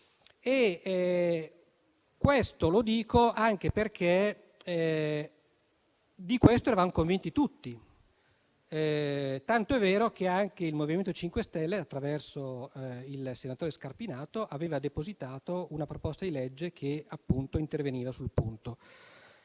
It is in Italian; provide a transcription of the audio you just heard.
perché non c'era. Di questo eravamo convinti tutti, tant'è vero che anche il MoVimento 5 Stelle, attraverso il senatore Scarpinato, aveva depositato una proposta di legge che interveniva sul punto.